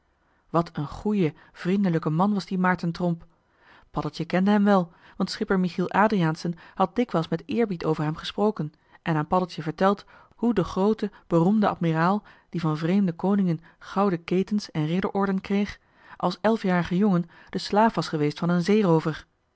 wat een goeie vriendelijke man was die maerten tromp paddeltje kende hem wel want schipper michiel adriaensen had dikwijls met eerbied over hem gesproken en aan paddeltje verteld hoe de groote beroemde admiraal die van vreemde koningen gouden ketens en ridderorden kreeg als elfjarige jongen de slaaf was geweest van een zeeroover